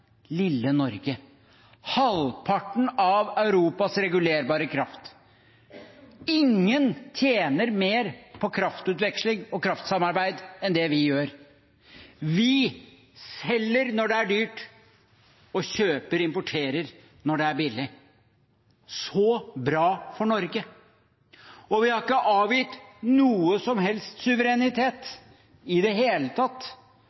lille Norge sitter med halvparten av Europas regulerbare kraft. Ingen tjener mer på kraftutveksling og kraftsamarbeid enn det vi gjør. Vi selger når det er dyrt, og kjøper og importerer når det er billig – så bra for Norge. Og vi har ikke avgitt noe som helst suverenitet i det hele tatt.